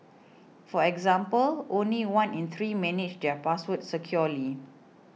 for example only one in three manage their passwords securely